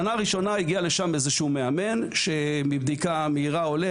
שנה ראשונה הגיע לשם איזה שהוא מאמן שמבדיקה מהירה עולה